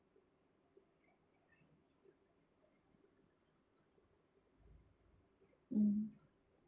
mm